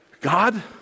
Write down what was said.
God